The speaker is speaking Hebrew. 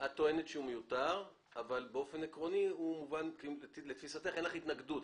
את טוענת שהוא מיותר אבל לתפיסתך אין לך התנגדות.